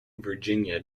virginia